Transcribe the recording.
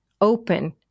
open